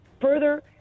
further